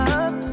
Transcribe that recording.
up